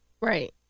Right